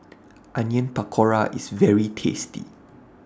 Onion Pakora IS very tasty